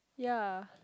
ya